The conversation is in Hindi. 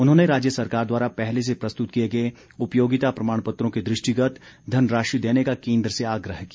उन्होंने राज्य सरकार द्वारा पहले से प्रस्तुत किए गए उपयोगिता प्रमाणपत्रों के दृष्टिगत धनराशि देने का केंद्र से आग्रह किया